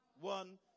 One